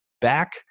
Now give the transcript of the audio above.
back